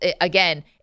again